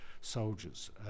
soldiers